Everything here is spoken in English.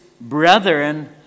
brethren